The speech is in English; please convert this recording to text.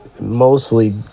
Mostly